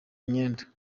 imyenda